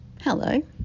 Hello